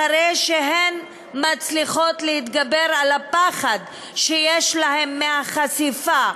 אחרי שהן מצליחות להתגבר על הפחד שיש להן מהחשיפה,